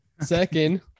Second